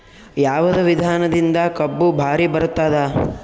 ಯಾವದ ವಿಧಾನದಿಂದ ಕಬ್ಬು ಭಾರಿ ಬರತ್ತಾದ?